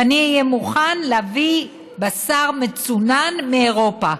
ואני אהיה מוכן להביא בשר מצונן מאירופה.